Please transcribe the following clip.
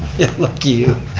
lucky you.